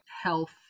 health